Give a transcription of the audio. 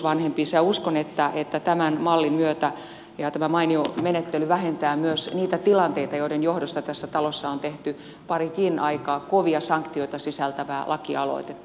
uskon että tämä malli ja tämä mainio menettely vähentää myös niitä tilanteita joiden johdosta tässä talossa on tehty parikin aika kovia sanktioita sisältävää lakialoitetta